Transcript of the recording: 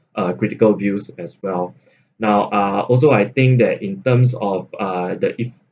uh critical views as well now uh also I think that in terms of uh the if